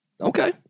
Okay